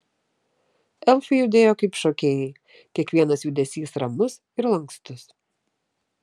elfai judėjo kaip šokėjai kiekvienas judesys ramus ir lankstus